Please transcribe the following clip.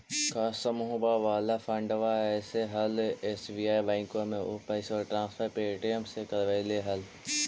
का समुहवा वाला फंडवा ऐले हल एस.बी.आई बैंकवा मे ऊ पैसवा ट्रांसफर पे.टी.एम से करवैलीऐ हल?